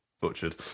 butchered